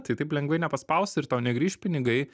tai taip lengvai nepaspausi ir tau negrįš pinigai